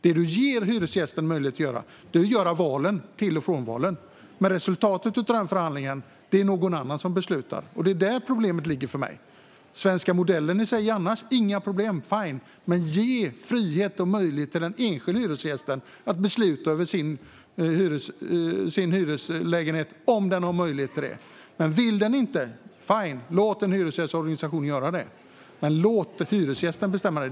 Det man ger hyresgästen möjlighet att göra är att göra till och frånvalen. Men resultatet av förhandlingen är det någon annan som beslutar. Det är däri problemet ligger för mig. Svenska modellen i sig annars - inga problem, fine - men ge frihet och möjlighet för den enskilde hyresgästen att besluta över sin hyreslägenhet om den har möjlighet till det. Men vill inte hyresgästen göra det, fine, låt då en hyresgästorganisation göra det. Men låt hyresgästerna bestämma det.